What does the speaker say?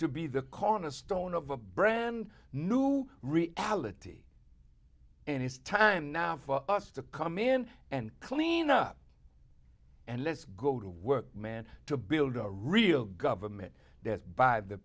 to be the cornerstone of a brand new reality and it's time now for us to come in and clean up and let's go to work man to build a real government there's by the